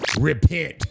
Repent